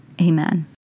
Amen